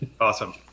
awesome